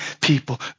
people